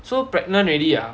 so pregnant already ah